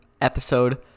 episode